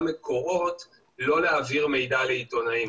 מקורות לא להעביר מידע לעיתונאים.